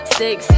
six